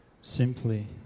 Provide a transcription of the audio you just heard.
simply